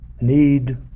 need